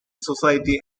society